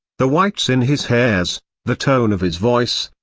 the whites in his hairs the tone of his voice,